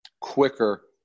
quicker